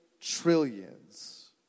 trillions